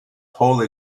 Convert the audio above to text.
whole